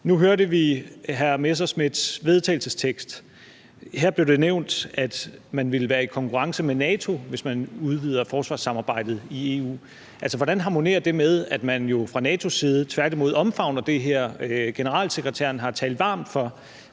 Nu hørte vi hr. Morten Messerschmidts vedtagelsestekst, og her blev det nævnt, at man ville være i konkurrence med NATO, hvis man udvidede forsvarssamarbejdet i EU. Hvordan harmonerer det med, at man jo fra NATO's side tværtimod omfavner det her? Generalsekretæren har talt varmt for,